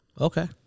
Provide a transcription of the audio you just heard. Okay